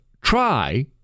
Try